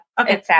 Okay